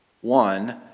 one